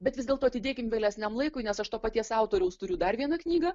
bet vis dėlto atidėkim vėlesniam laikui nes aš to paties autoriaus turiu dar vieną knygą